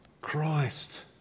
Christ